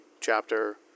chapter